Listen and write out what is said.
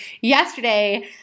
yesterday